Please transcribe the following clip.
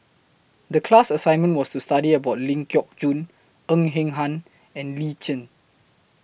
The class assignment was to study about Ling Geok Choon Ng Eng Hen and Lee Tjin